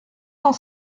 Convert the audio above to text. cent